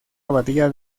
abadía